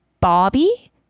Bobby